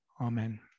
amen